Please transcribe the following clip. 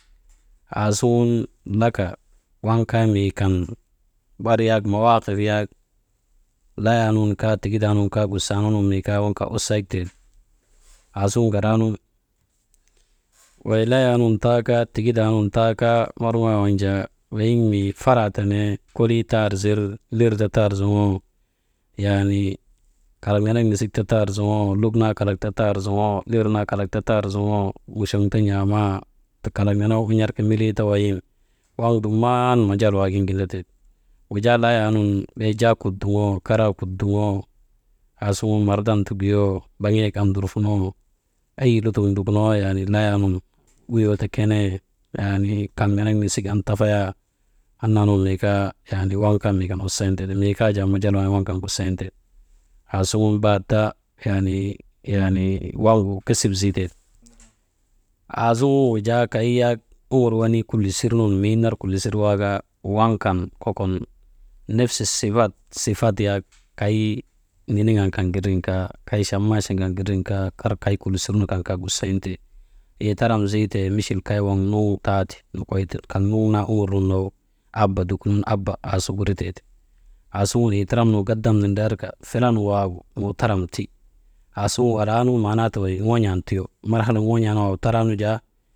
Aasuŋun laka waŋ kaa mii kan bar yak mawaakif yak laayaanun kaa tigidaa nun kaa gusaanaanun mii kaa waŋ kaa wusayiktee ti, aasuŋun garaanu wey layaa nun taa kaa tigidaa nun kaa morŋoo waŋ jaa weyiŋ mii fara ti nee kolii tar zir lir ta tar zuŋoo yaanii, kalak nenek nisik ti tar zoŋoo luk naa kalak ti tar zoŋoo, lir naa kalak ta tar zoŋoo muchoŋ ta n̰aamaa, kalak nenegu un̰arka milii ta layin, waŋ dumman majal waagin gindatee ti, wujaa layaa nun bee jaa kut duŋoo, karaa kut duŋoo, aasuŋun mardan ta guyoo, baŋiyak an ndarfanaa, ayi lutok ndukunoo yaanii layaa nun, uyoo ta kenee yaanii kaŋ nenek nisik an tafayaa, annaa nun mii kaa yaanii waŋ kaa mii kan wusayin tee ti, mii kaa jaa waŋ kan majal waagin gusayin tee ti, aasuŋun bat da yaanii «hesitation», waŋgu gesip siteeti, aasuŋun wujaa kay yak umur wenin kullisir nun miigin ner kullisir waa kaa, waŋ kan kokon nefse sifat, sifat yak kay niniŋaa kan gidrin kaa, kay chammaachaa kan gidrin kaa, kar kay kulisir kan kaa gusayin tee ti. Iitaram zitee misil kay waŋ muŋ taa nokoy ti, kan nuŋ naa umur nun nagin abba ti, gun abba aasu guritee ti, aasuŋun aasuŋun iitaaran gadam nindriyar ka filan waagu muutaram ti, aasuŋun walaanu manaa ti weŋumarhalak ŋon̰oo ntigo malharak n̰onss wak waagu taran jaa.